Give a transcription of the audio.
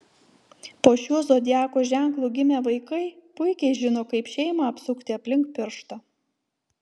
po šiuo zodiako ženklu gimę vaikai puikiai žino kaip šeimą apsukti aplink pirštą